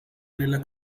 nella